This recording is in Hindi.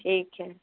ठीक है